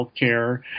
healthcare